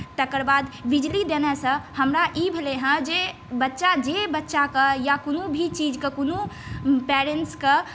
तकर बाद बिजली देनेसँ हमरा ई भेलै हँ जे बच्चा जे बच्चाके या कोनो भी चीजके कोनो पैरटेन्टसके